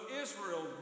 Israel